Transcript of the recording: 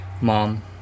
Mom